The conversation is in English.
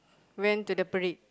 went to the parade